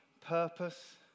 purpose